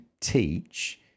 teach